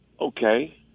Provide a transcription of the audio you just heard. Okay